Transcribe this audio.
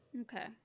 okay